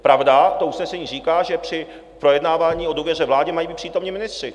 Pravda, to usnesení říká, že při projednávání o důvěře vládě mají být přítomni ministři.